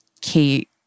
Kate